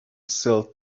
sell